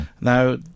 Now